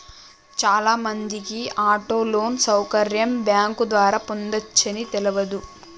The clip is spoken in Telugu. చాలామందికి ఆటో లోన్ సౌకర్యం బ్యాంకు ద్వారా పొందవచ్చని తెలవదు